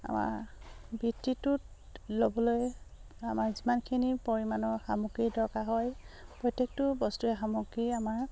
আমাৰ বৃত্তিটোত ল'বলৈ আমাৰ যিমানখিনি পৰিমাণৰ সামগ্ৰী দৰকাৰ হয় প্ৰত্যেকটো বস্তুৱে সামগ্ৰী আমাৰ